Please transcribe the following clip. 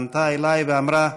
פנתה אליי ואמרה: